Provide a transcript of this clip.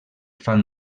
fan